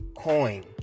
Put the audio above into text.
coin